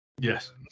yes